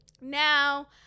now